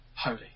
holy